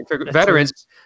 veterans